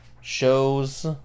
shows